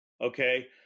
okay